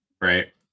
right